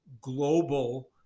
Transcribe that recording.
global